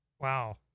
wow